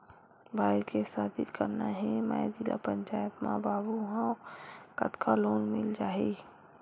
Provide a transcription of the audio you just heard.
भाई के शादी करना हे मैं जिला पंचायत मा बाबू हाव कतका लोन मिल जाही?